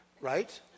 Right